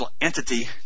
entity